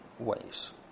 ways